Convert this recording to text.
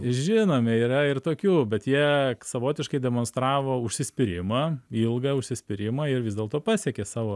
žinome yra ir tokių bet jie savotiškai demonstravo užsispyrimą ilgą užsispyrimą ir vis dėlto pasiekė savo